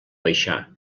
baixar